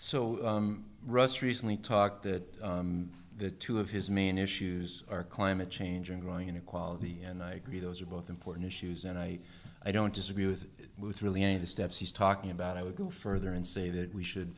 so russ recently talked that the two of his main issues are climate change and growing inequality and i agree those are both important issues and i i don't disagree with with really any steps he's talking about i would go further and say that we should